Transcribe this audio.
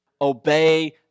obey